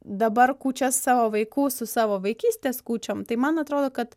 dabar kūčias savo vaikų su savo vaikystės kūčiom tai man atrodo kad